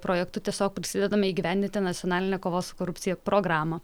projektu tiesiog prisidedame įgyvendinti nacionalinę kovos su korupcija programą